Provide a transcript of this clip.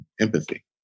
empathy